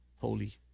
holy